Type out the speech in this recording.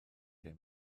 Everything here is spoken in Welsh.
dim